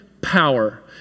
power